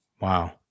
Wow